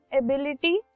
ability